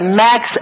max